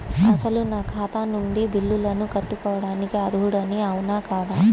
అసలు నా ఖాతా నుండి బిల్లులను కట్టుకోవటానికి అర్హుడని అవునా కాదా?